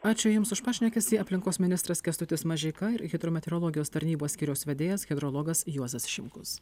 ačiū jums už pašnekesį aplinkos ministras kęstutis mažeika ir hidrometeorologijos tarnybos skyriaus vedėjas hidrologas juozas šimkus